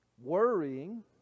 worrying